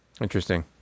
interesting